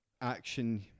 action